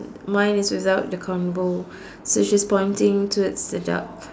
mine is without the convo so she's pointing towards the duck